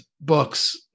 books